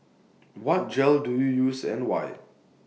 what gel do you use and why